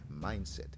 mindset